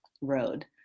road